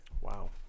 Wow